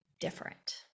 different